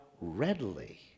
readily